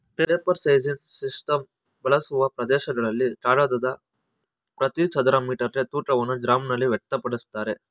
paper sizing system ಬಳಸುವ ಪ್ರದೇಶಗಳಲ್ಲಿ ಕಾಗದದ ಪ್ರತಿ ಚದರ ಮೀಟರ್ಗೆ ತೂಕವನ್ನು ಗ್ರಾಂನಲ್ಲಿ ವ್ಯಕ್ತಪಡಿಸ್ತಾರೆ